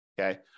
Okay